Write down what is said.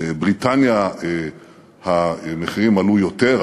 בבריטניה המחירים עלו יותר,